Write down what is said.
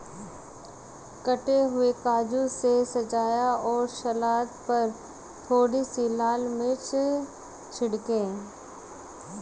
कटे हुए काजू से सजाएं और सलाद पर थोड़ी सी लाल मिर्च छिड़कें